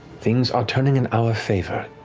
things are turning in our favor